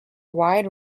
wide